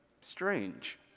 strange